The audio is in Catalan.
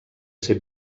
ser